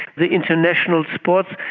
the international sports,